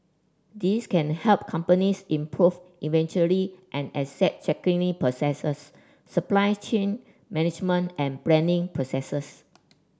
these can help companies improve inventory and asset tracking processes supply chain management and planning processes